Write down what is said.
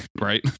right